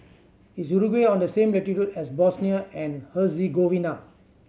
is Uruguay on the same latitude as Bosnia and Herzegovina